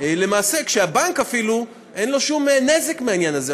כשלמעשה לבנק אין אפילו נזק מהעניין הזה.